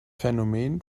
phänomen